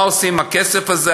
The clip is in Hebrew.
מה עושים עם הכסף הזה?